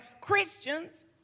Christians